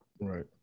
Right